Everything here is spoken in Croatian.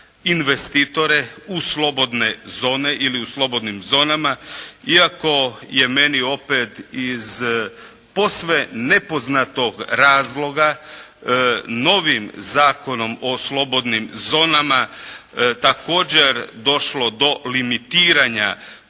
investitore u slobodne zone ili u slobodnim zonama iako je meni opet iz posve nepoznatog razloga novim zakonom o slobodnim zonama također došlo do limitiranja